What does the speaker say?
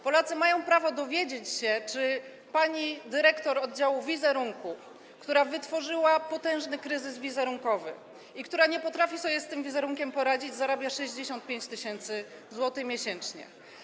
Polacy mają prawo dowiedzieć się, czy pani dyrektor oddziału wizerunku, która wytworzyła potężny kryzys wizerunkowy i która nie potrafi sobie z tym wizerunkiem poradzić, zarabia 65 tys. zł miesięcznie.